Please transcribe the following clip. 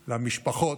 למשפחות,